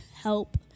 help